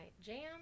jam